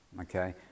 okay